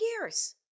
years